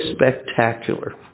spectacular